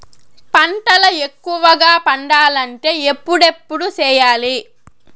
పంటల ఎక్కువగా పండాలంటే ఎప్పుడెప్పుడు సేయాలి?